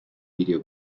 video